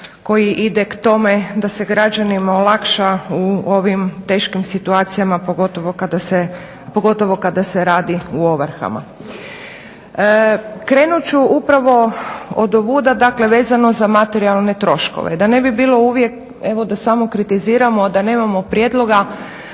koji ide k tome da se građanima olakša u ovim teškim situacijama, pogotovo kada se radi o ovrhama. Krenut ću upravo od ovuda, dakle vezano za materijalne troškove. Da ne bi bilo uvijek da samo kritiziramo, da nemamo prijedloga,